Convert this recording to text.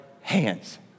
hands